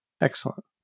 excellent